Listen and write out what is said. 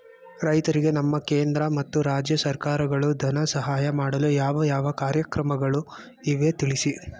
ರೈತರಿಗೆ ನಮ್ಮ ಕೇಂದ್ರ ಮತ್ತು ರಾಜ್ಯ ಸರ್ಕಾರಗಳು ಧನ ಸಹಾಯ ಮಾಡಲು ಯಾವ ಯಾವ ಕಾರ್ಯಕ್ರಮಗಳು ಇವೆ ತಿಳಿಸಿ?